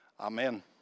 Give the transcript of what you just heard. amen